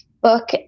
book